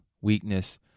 weakness